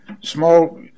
small